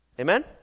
Amen